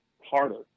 harder